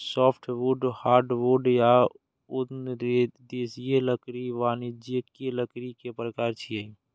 softwood, hardwood आ उष्णदेशीय लकड़ी वाणिज्यिक लकड़ी के प्रकार छियै